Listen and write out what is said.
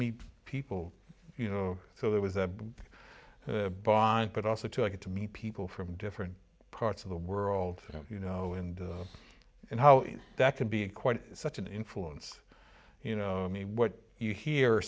meet people you know so there was a bond but also to get to meet people from different parts of the world you know and and how that can be quite such an influence you know i mean what you hear